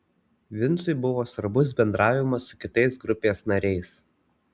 vincui buvo svarbus bendravimas su kitais grupės nariais